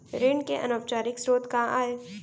ऋण के अनौपचारिक स्रोत का आय?